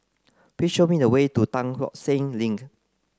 please show me the way to Tan Tock Seng Link